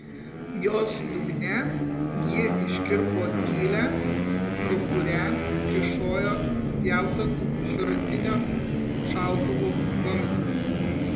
jos dugne ji iškirpo skylę pro kurią kyšojo nupjautas šratinio šautuvo vamzdis